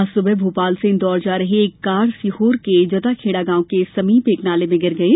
आज सुबह भोपाल से इंदौर जा रही एक कार सीहोर के जताखेडा गांव के समीप एक नाले में गिर गई